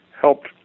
helped